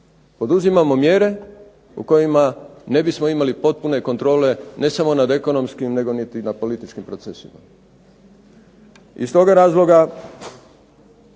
poduzimamo mjere o kojima ne bismo imali potpune kontrole, ne samo nad ekonomskim, nego niti na političkim procesima. Iz toga razloga